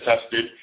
Tested